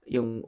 Yung